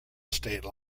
state